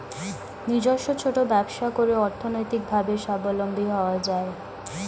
নিজস্ব ছোট ব্যবসা করে অর্থনৈতিকভাবে স্বাবলম্বী হওয়া যায়